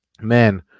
man